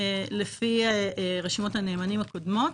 לפי רשימות הנאמנים הקודמות.